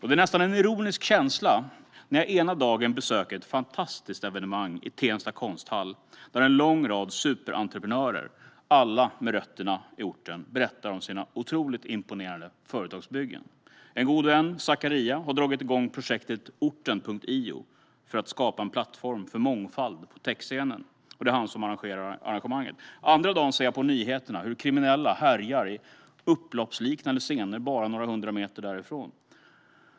Det är nästan en ironisk känsla när jag ena dagen besöker ett fantastiskt evenemang i Tensta konsthall, där en lång rad superentreprenörer, alla med rötterna i orten, berättar om sina otroligt imponerande företagsbyggen. En god vän, Zakaria, har dragit igång projektet Orten.io för att skapa en plattform för mångfald på techscenen, och det är han som står för arrangemanget. Andra dagen ser jag på nyheterna hur kriminella härjar i upploppsliknande scener bara några hundra meter därifrån.